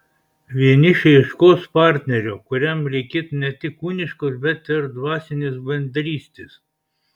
vienišiai ieškos partnerio kuriam reikėtų ne tik kūniškos bet ir dvasinės bendrystės